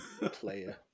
player